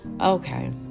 Okay